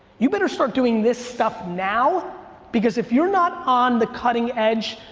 you better start doing this stuff now because if you're not on the cutting edge,